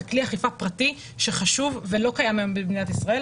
זה כלי אכיפה פרטי שחשוב ולא קיים היום במדינת ישראל.